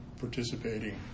participating